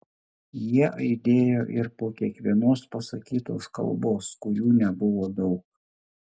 jie aidėjo ir po kiekvienos pasakytos kalbos kurių nebuvo daug